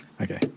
Okay